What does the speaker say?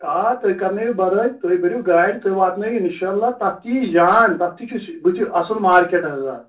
آ تُہۍ کرنأوِو برٛٲے تُہۍ بٔرِِو گاڑِ تُہۍ واتنٲوِو اِنشا اللہ تَتھ تہِ یِیہِ جان تَتھ تہِ چھُ بُتھِ اصٕل مارکیٚٹ حظ